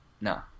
No